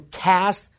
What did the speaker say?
cast